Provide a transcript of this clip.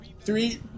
Three